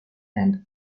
and